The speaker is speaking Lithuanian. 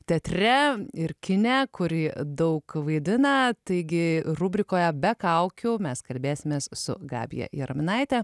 teatre ir kine kur ji daug vaidina taigi rubrikoje be kaukių mes kalbėsimės su gabija jaraminaite